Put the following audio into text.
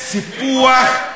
זה טרור.